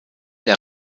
der